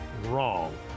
wrong